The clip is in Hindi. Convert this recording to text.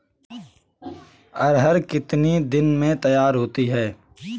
अरहर कितनी दिन में तैयार होती है?